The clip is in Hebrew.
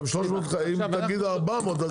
אם תגיד 400,